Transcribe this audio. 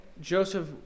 Joseph